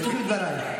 תמשיכי בדברייך.